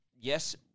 yes